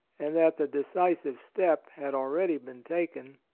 and that the decisive step had already been taken,